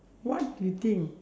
what you think